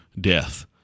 death